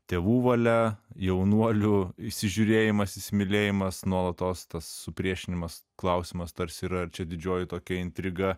tėvų valia jaunuolių įsižiūrėjimas įsimylėjimas nuolatos tas supriešinimas klausimas tarsi yra ar čia didžioji tokia intriga